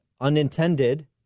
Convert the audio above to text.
unintended